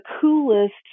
coolest